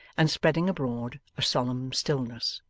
and spreading abroad a solemn stillness.